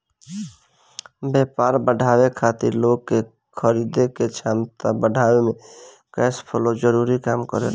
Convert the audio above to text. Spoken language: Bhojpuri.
व्यापार बढ़ावे खातिर लोग के खरीदे के क्षमता बढ़ावे में कैश फ्लो जरूरी काम करेला